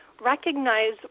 recognize